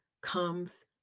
comes